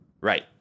Right